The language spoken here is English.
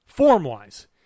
Form-wise